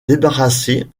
débarrassée